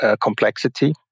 complexity